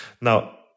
Now